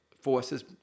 forces